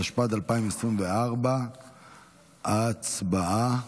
התשפ"ד 2024. הצבעה.